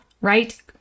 right